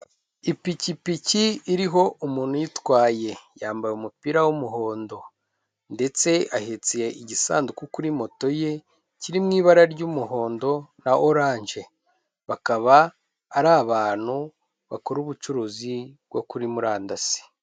Ipikipiki iriho umuntu uyitwaye, yambaye umupira w'umuhondo ndetse ahetse igisanduku kuri moto ye, kiri mu ibara ry'umuhondo na oranje, bakaba ari abantu bakora ubucuruzi bwo kuri murandasi.